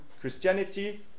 Christianity